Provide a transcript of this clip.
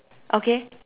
okay